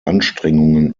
anstrengungen